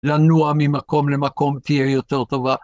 לנוע ממקום למקום תהיה יותר טובה